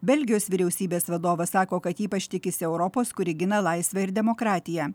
belgijos vyriausybės vadovas sako kad ypač tikisi europos kuri gina laisvę ir demokratiją